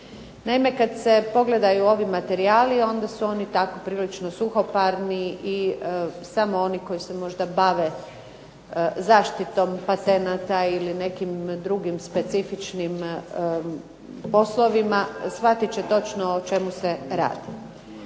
Naime kad se pogledaju ovi materijali onda su oni tako prilično suhoparni i samo oni koji se možda bave zaštitom patenata ili nekim drugim specifičnim poslovima, shvatit će točno o čemu se radi.